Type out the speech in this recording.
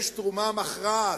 לברק יש תרומה מכרעת,